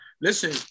listen